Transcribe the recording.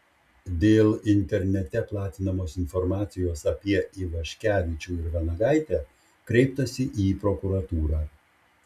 dėl internete platinamos informacijos apie ivaškevičių ir vanagaitę kreiptasi į prokuratūrą